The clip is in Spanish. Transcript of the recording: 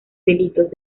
delitos